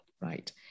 right